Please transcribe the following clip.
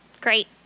Great